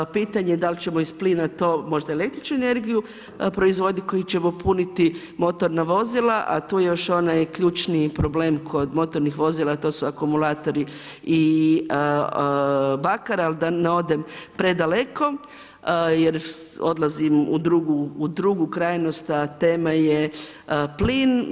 Pitanje je dal ćemo iz plina to možda električnu energiju proizvodnju koju ćemo puniti motorna vozila, a tu je još onaj ključni problem kod motornih vozila, a to su akumulatori i bakar, ali da ne odem predaleko, jer odlazim u drugu krajnost, a tema je plin.